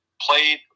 played